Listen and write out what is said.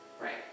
right